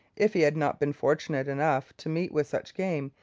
if he had not been fortunate enough to meet with such game,